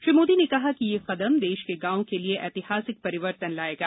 श्री मोदी ने कहा कि यह कदम देश के गांवों के लिए ऐतिहासिक परिवर्तन लाएगा